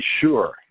Sure